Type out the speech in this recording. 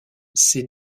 ces